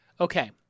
Okay